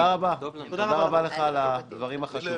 ידידי, תודה רבה לך על הדברים החשובים.